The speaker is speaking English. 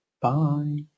Bye